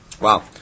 Wow